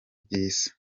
by’isi